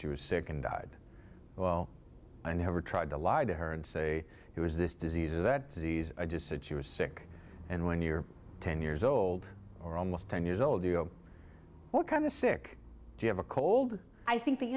she was sick and died well i never tried to lie to her and say it was this disease or that disease i just said she was sick and when you're ten years old or almost ten years old you know what kind of sick you have a cold i think the